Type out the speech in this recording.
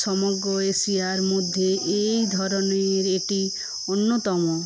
সমগ্র এশিয়ার মধ্যে এই ধরণের এটি অন্যতম